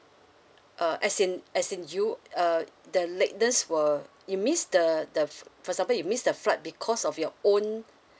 uh as in as in you uh the lateness were you miss the the for example you miss the flight because of your own